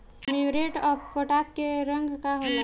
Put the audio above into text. Muriate of potash के रंग का होला?